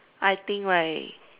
I think right